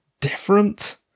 different